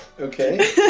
Okay